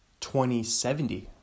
2070